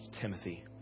Timothy